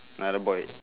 uh the boy